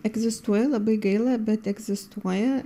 egzistuoja labai gaila bet egzistuoja